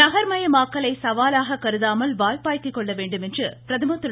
நகர்மயமாக்கலை சவாலாகக் கருதாமல் வாய்ப்பாக்கிக்கொள்ள வேண்டுமென்று பிரதமர் திரு